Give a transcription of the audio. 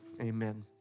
amen